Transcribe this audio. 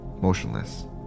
motionless